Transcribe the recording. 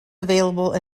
available